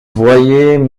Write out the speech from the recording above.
voyaient